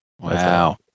Wow